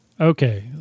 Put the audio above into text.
Okay